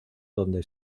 donde